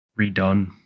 redone